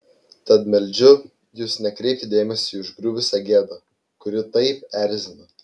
tad meldžiu jus nekreipti dėmesio į užgriuvusią gėdą kuri taip erzina